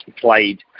played